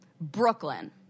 Brooklyn